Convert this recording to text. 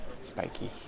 spiky